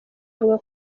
avuga